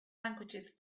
languages